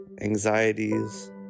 anxieties